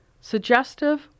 suggestive